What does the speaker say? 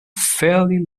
fairly